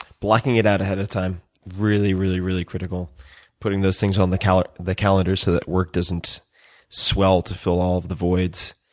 blocking it out ahead of time really, really really critical putting those things on the calendar the calendar so that work doesn't swell to fill all of the voids.